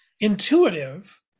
intuitive